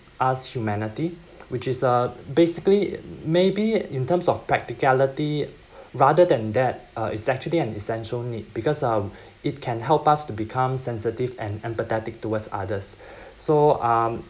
us humanity which is uh basically maybe in terms of practicality rather than that uh it's actually an essential need because um it can help us to become sensitive and empathetic towards others so um